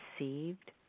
received